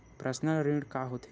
Personal ऋण का होथे?